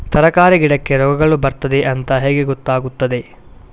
ತರಕಾರಿ ಗಿಡಕ್ಕೆ ರೋಗಗಳು ಬರ್ತದೆ ಅಂತ ಹೇಗೆ ಗೊತ್ತಾಗುತ್ತದೆ?